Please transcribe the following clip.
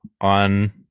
on